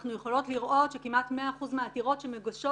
ואנחנו יכולות לראות שכמעט מאה אחוז מהעתירות שמוגשות